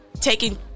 taking